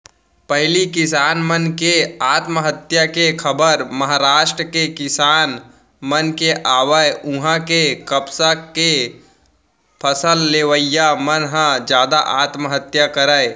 पहिली किसान मन के आत्महत्या के खबर महारास्ट के किसान मन के आवय उहां के कपसा के फसल लेवइया मन ह जादा आत्महत्या करय